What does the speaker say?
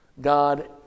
God